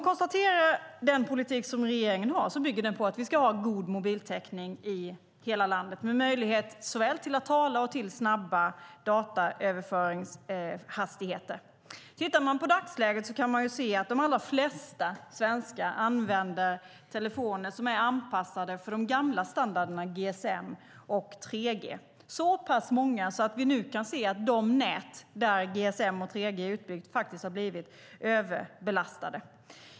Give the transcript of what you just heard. Regeringens politik bygger på att det ska finnas god mobiltäckning i hela landet med möjlighet till att såväl tala som att få snabba dataöverföringshastigheter. I dagsläget använder de allra flesta svenskar telefoner som är anpassade till de gamla standarderna GSM och 3G. Det är så pass många att vi nu kan se att de nät där GSM och 3G är utbyggt faktiskt har blivit överbelastade.